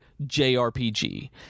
JRPG